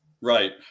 Right